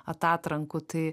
atatrankų tai